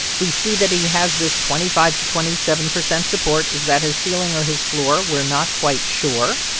we see that he has this twenty five to twenty seven percent support. is that his ceiling or his floor? we're not quite sure.